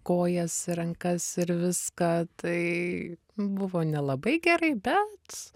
kojas rankas ir viską tai buvo nelabai gerai bet